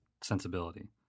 sensibility